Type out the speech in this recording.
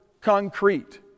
concrete